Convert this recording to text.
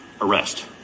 arrest